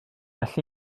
well